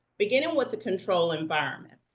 beginning with the control environment.